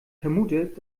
vermutet